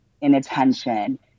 inattention